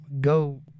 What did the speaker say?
go